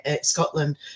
Scotland